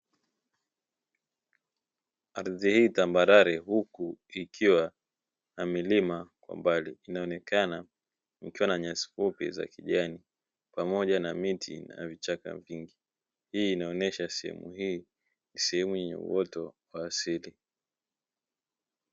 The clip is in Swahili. Ardhi hii tambarare huku kukiwa na milima kwa mbali, inaonekana ikiwa na nyasi fupi za kijani pamoja na miti na vichaka vingi, hii inaonyesha sehemu hii ni sehemu yenye uoto wa asili.